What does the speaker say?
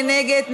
מי נגד?